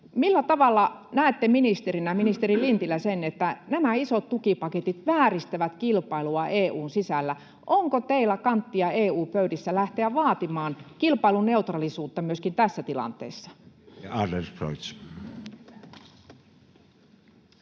Millä tavalla näette ministerinä, ministeri Lintilä, sen, että nämä isot tukipaketit vääristävät kilpailua EU:n sisällä? Onko teillä kanttia EU-pöydissä lähteä vaatimaan kilpailuneutraalisuutta myöskin tässä tilanteessa?